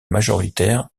majoritaire